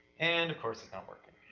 and of course, it's not working.